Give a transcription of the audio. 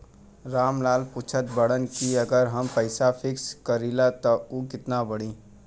राम लाल पूछत बड़न की अगर हम पैसा फिक्स करीला त ऊ कितना बड़ी?